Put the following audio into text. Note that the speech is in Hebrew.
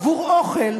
עבור אוכל,